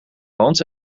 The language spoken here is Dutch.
land